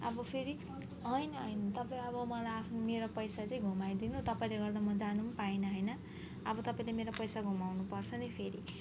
अब फेरि होइन होइन तपाईँ अब मलाई आफ्नो मेरो पैसा चाहिँ घुमाइदिनु तपाईँले गर्दा म जान पनि पाइनँ होइन अब तपाईँले मेरो पैसा घुमाउनुपर्छ नि फेरि